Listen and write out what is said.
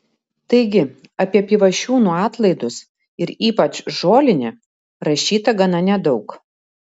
taigi apie pivašiūnų atlaidus ir ypač žolinę rašyta gana nedaug